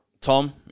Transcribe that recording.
Tom